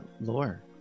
Lore